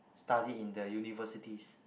study in the universities